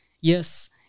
yes